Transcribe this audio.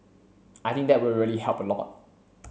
I think that will really help a lot